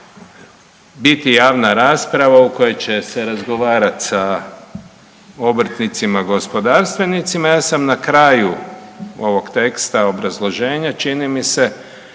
biti javna rasprava u kojoj će se razgovarati sa obrtnicima, gospodarstvenicima, ja sam na kraju ovog teksta obrazloženja, čini mi se,